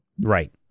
right